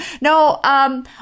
No